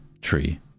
Tree